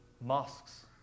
mosques